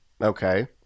Okay